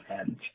end